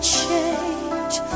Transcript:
change